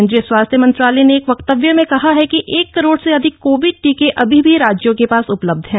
केन्द्रीय स्वास्थ्य मंत्रालय ने एक वक्तव्य में कहा कि एक करोड से अधिक कोविड टीके अभी भी राज्यों के पास उपलब्ध हैं